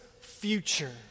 future